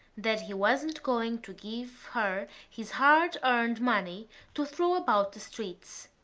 that he wasn't going to give her his hard-earned money to throw about the streets,